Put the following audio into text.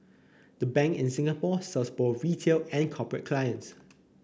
the Bank in Singapore serves both retail and corporate clients